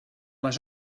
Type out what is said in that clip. les